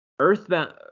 Earthbound